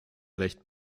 recht